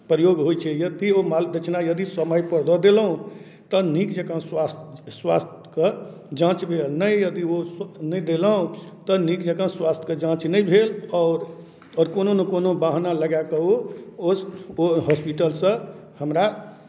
प्रयोग होइ छै यदि ओ माल दक्षिणा यदि समयपर दऽ देलहुँ तऽ नीक जँका स्वास्थ्य स्वास्थ्यके जाँच भेल नहि यदि ओ नहि देलहुँ तऽ नीक जँका स्वास्थ्यके जाँच नहि भेल आओर आओर कोनो नहि कोनो बहाना लगाए कऽ ओ ओ ओहि हॉस्पिटलसँ हमरा